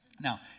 Now